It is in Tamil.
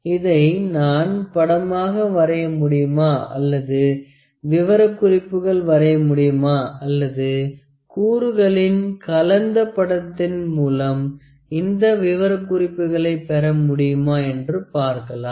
இதை நான் படமாக வரைய முடியுமா அல்லது விவரக்குறிப்புகள் வரைய முடியுமா அல்லது கூறுகளின் கலந்த படத்தின் மூலம் இந்த விவரக்குறிப்புகளை பெற முடியுமா என்று பார்க்கலாம்